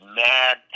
mad